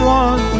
one